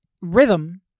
rhythm